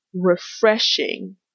refreshing